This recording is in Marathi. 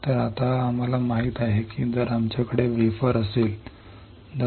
तर आता आम्हाला माहित आहे की जर आमच्याकडे वेफर असेल तर